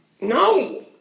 No